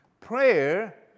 Prayer